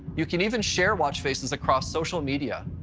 you can even share watch faces across social media.